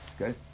okay